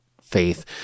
faith